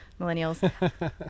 millennials